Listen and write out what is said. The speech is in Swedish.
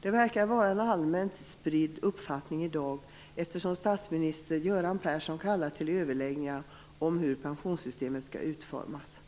Det verkar vara en allmänt spridd uppfattning i dag, eftersom statsminister Göran Persson har kallat till överläggningar om hur pensionssystemet skall utformas,